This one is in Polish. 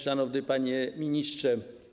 Szanowny Panie Ministrze!